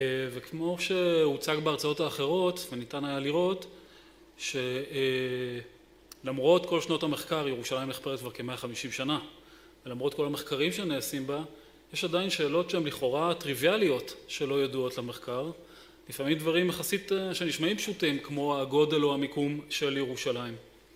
וכמו שהוצג בהרצאות האחרות וניתן היה לראות, שלמרות כל שנות המחקר, ירושלים נחפרת כבר כמאה חמישים שנה, ולמרות כל המחקרים שנעשים בה, יש עדיין שאלות שהן לכאורה טריוויאליות שלא ידועות למחקר, לפעמים דברים יחסית שנשמעים פשוטים כמו הגודל או המיקום של ירושלים